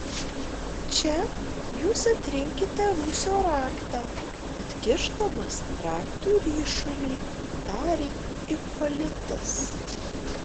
čia jūs atrinkite rūsio raktą atkišdamas raktų ryšulį tarė ipolitas